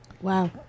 Wow